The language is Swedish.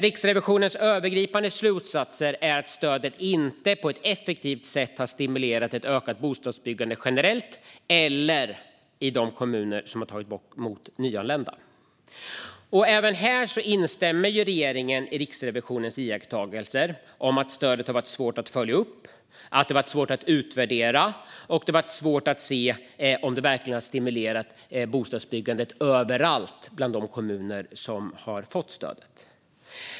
Riksrevisionens övergripande slutsatser är att stödet inte på ett effektivt sätt har stimulerat ett ökat bostadsbyggande generellt eller i de kommuner som har tagit emot nyanlända. Även här instämmer regeringen i Riksrevisionens iakttagelser om att stödet har varit svårt att följa upp, att det har varit svårt att utvärdera och att det har varit svårt att se om det verkligen har stimulerat bostadsbyggandet överallt bland de kommuner som har fått stödet.